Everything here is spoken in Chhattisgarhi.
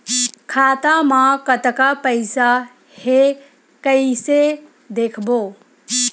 खाता मा कतका पईसा हे कइसे देखबो?